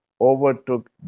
overtook